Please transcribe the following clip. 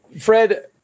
Fred